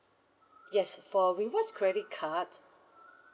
yes for rewards credit cards